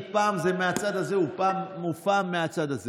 לכן נהוג היה בבית הזה לא להפריע בזמן נאומים בני דקה.